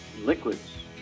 liquids